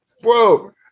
Whoa